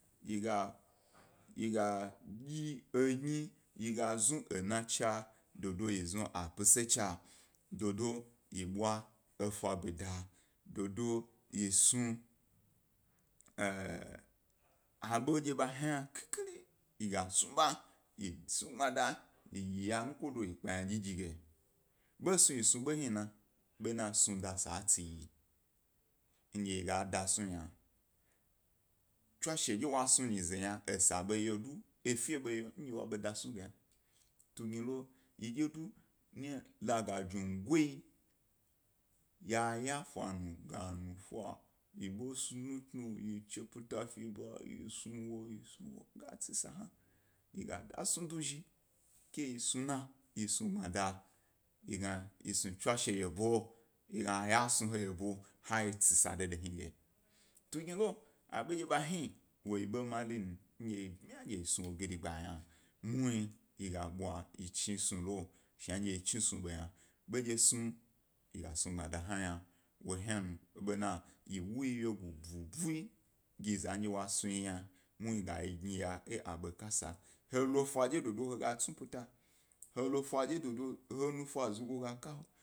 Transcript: Yi ga, yi ga dyi egni yi ga zuna ena chi dodo yi znu pesa cha dodo yi bwa efa bida dodo yi snu a ḃo ndye hna khikhiri, yi snu ḃa yi snu gbmada yi yi ya nukodo yi kpa ynadyi dyi de doyi. Be snu yi yi snu be hni na bena snuda sa a tsi yin dye yi ga da snu yna. Tswashe ndye wo snu nyize yna esa, efe bo yo ndge wa ḃe dasnu ge yna. Tugnilo do, la ga jungo, ya yafa nu ga nufa yi bo snu tnu tnu yi chi peta fi ba yi snu wo yi snu wo ga tsi sa hna yi ga da snu do zhi keyi snu na yi snu gbmada ye snu tswashe yebo, ga gna ye snu yebo ha yetsi sa he gi. Tugnilo aḃo ndye ḃa hni wo ye ḃo marin ndye ḃma ya yi snu gidigba ynan, muhmi yi ga bugi yi chi snu lo ndye yi chi snu ḃo yna bendye snug a snu gbmada hna, bena yi wo wyego ḃuḃuyi gi zandye wo snu yna muhni ga yi gna ya e aḃo kasa he lo fa dye dodo he tsu peta, he lo fa dodo he nufa zugo ga kahe.